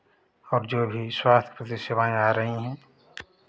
अब जो अभी स्वास्थ्य सेवाएँ आ रही है